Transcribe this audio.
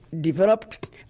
developed